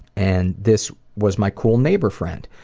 and this was my cool neighbor friend.